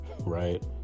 right